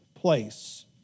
place